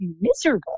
miserable